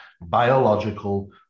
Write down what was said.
biological